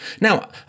Now